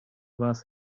was